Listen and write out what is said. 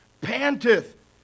panteth